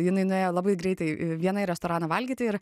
jinai nuėjo labai greitai viena į restoraną valgyti ir